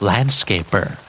Landscaper